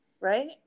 Right